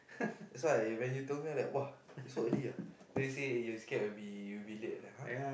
that's why when you told me I'm like !wah! you so early ah then you say you scared will be will be late then I like !huh!